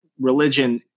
religion